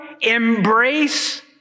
embrace